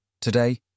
today